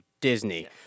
Disney